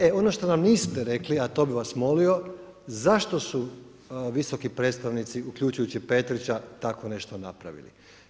E ono što nam niste rekli, a to bi vas molio, zašto su visoki predstavnici uključujući Petrića tako nešto napravili?